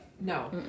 No